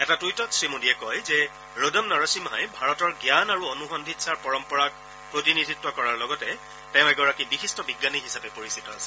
এটা টুইটত শ্ৰীমোদীয়ে কয় যে ৰোডম নৰসিমহাই ভাৰতৰ জ্ঞান আৰু অনুসন্ধিৎসাৰ পৰম্পৰাক প্ৰতিনিধিত্ব কৰাৰ লগতে তেওঁ এগৰাকী বিশিষ্ট বিজ্ঞানী হিচাপে পৰিচিত আছিল